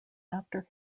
after